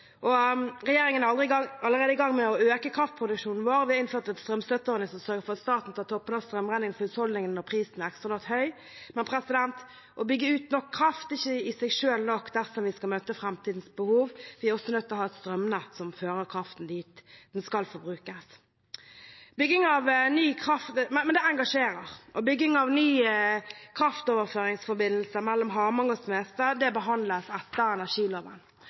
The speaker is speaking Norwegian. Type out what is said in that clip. å øke kraftproduksjonen vår. Vi har innført en strømstøtteordning som sørger for at staten tar toppene av strømregningen for husholdningene når prisen er ekstraordinært høy. Men å bygge ut nok kraft er ikke i seg selv nok dersom vi skal møte framtidens behov. Vi må også ha et strømnett som fører kraften dit den skal forbrukes. Men det engasjerer. Bygging av ny kraftoverføringsforbindelse mellom Hamang og Smestad behandles etter energiloven. Energiloven skal sikre at utbygging av nye nettanlegg foregår på en samfunnsmessig rasjonell måte, og at det